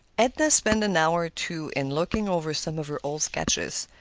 edna spent an hour or two in looking over some of her old sketches.